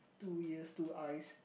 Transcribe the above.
two ears two eyes